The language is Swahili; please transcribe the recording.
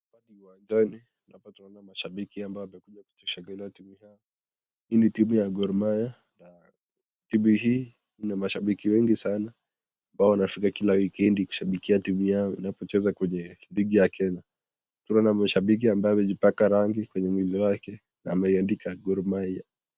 Hapa ni uwanjani utapata wale mashabiki ambao wamekuja kushangilia timu yao, hii ni timu ya Gormahia na timu hii iko na mashabiki wengi sana. Wao wanafika kila wikendi kushabikia timu yao inapocheza kwenye ligi ya Kenya. Tunaona mashabiki ambao wamejipaka rangi kwenye mwili yake na ameandika Gormahia.